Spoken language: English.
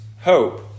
hope